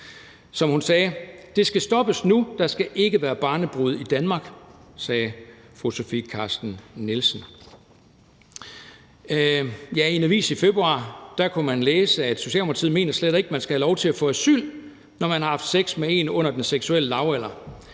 Som hun sagde: Det skal stoppes nu, der skal ikke være barnebrude i Danmark. Det sagde fru Sofie Carsten Nielsen. Og ja, i en avis kunne man i februar læse, at Socialdemokratiet mente, at man slet ikke skal have lov til at få asyl, når man haft sex med en under den seksuelle lavalder.